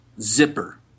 zipper